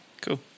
Cool